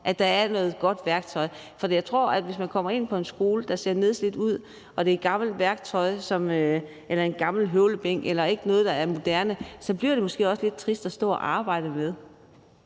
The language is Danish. at der er noget godt værktøj. For jeg tror, at hvis man kommer ind på en skole, der ser nedslidt ud, og hvor der er gammelt værktøj eller en gammel høvlebænk og ikke noget, der er moderne, så bliver det måske også lidt trist at stå og arbejde med